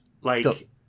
Like-